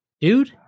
Dude